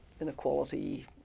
inequality